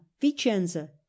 Vicenza